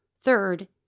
Third